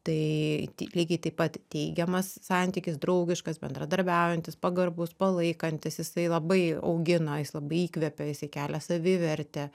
tai ti lygiai taip pat teigiamas santykis draugiškas bendradarbiaujantis pagarbus palaikantis jisai labai augina jis labai įkvepia jisai kelia savivertę